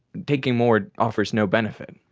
taking more offers no benefit.